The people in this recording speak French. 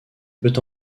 peut